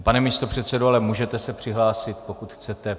Pane místopředsedo, ale můžete se přihlásit, pokud chcete.